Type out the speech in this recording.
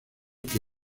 que